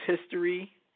history